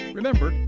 Remember